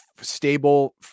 stable